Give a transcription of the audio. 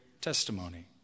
testimony